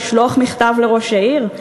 לשלוח מכתב לראש העיר?